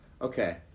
Okay